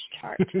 chart